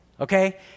okay